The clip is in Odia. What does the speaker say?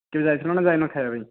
ତୁ ଯାଇଥିଲୁ ନା ଯାଇନାହୁଁ ଖାଇବା ପାଇଁ